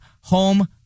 Home